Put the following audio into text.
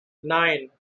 nine